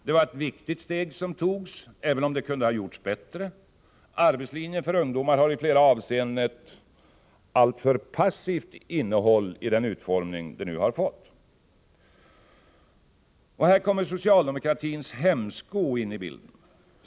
Det var ett viktigt steg som togs, även om det kunde ha gjorts bättre. Arbetslinjen för ungdomar har i flera avseenden ett alltför passivt innehåll i den utformning den nu har fått. Här kommer socialdemokratins hämsko in i bilden.